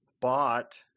bought